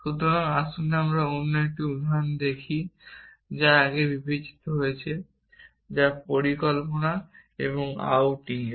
সুতরাং আসুন আমরা অন্য একটি উদাহরণ দেখি যা আমরা আগে বিবেচনা করেছি যা পরিকল্পনা এবং আউটিংয়ের